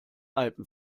alpen